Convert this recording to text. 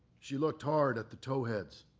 she looked hard at the towheads,